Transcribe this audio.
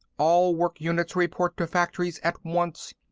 all work units report to factories at once!